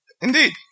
Indeed